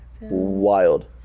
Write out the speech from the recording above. wild